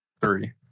three